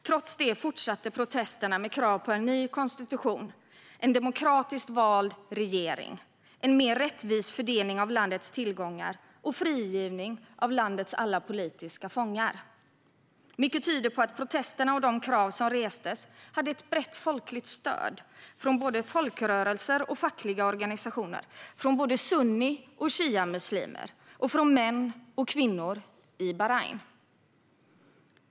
Trots detta fortsatte protesterna med krav på en ny konstitution, en demokratiskt vald regering, en mer rättvis fördelning av landets tillgångar och frigivning av alla politiska fångar. Mycket tyder på att protesterna och de krav som restes hade ett brett folkligt stöd från såväl folkrörelser som fackliga organisationer, från både sunni och shiamuslimer och från män och kvinnor i Bahrain.